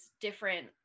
different